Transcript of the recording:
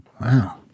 wow